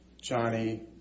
Johnny